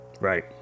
Right